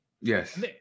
Yes